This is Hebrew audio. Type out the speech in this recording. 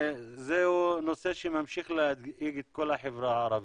זהו נושא שממשיך להדאיג את כל החברה הערבית.